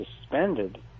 suspended